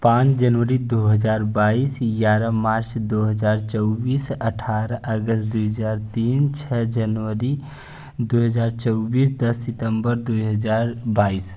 पाँच जनवरी दो हज़ार बाईस ग्यारह मार्च दो हज़ार चौबीस आठारह अगस्त दो हज़ार तीन छ जनवरी दो हज़ार चौबीस दस सितम्बर दो हज़ार बाईस